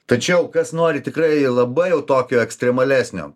tačiau kas nori tikrai labai jau tokio ekstremalesnio